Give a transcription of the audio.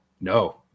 No